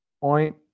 point